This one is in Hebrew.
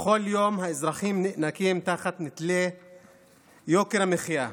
בכל יום האזרחים נאנקים תחת נטל יוקר המחיה.